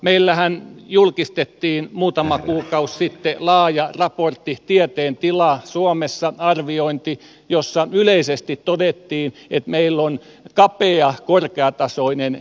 meillähän julkistettiin muutama kuukausi sitten laaja raportti arviointi tieteen tilasta suomessa ja yleisesti todettiin että meillä on kapea korkeatasoinen kärki